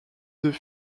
deux